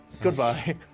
goodbye